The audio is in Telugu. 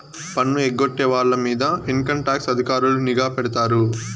పన్ను ఎగ్గొట్టే వాళ్ళ మీద ఇన్కంటాక్స్ అధికారులు నిఘా పెడతారు